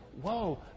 whoa